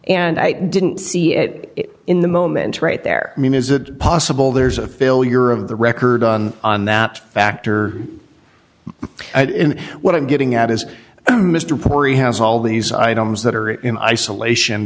and i didn't see it in the moments right there i mean is it possible there's a failure of the record on on that factor what i'm getting at is mr pouri has all these items that are in isolation